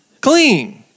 Clean